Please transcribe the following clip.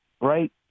right